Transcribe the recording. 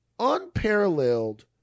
unparalleled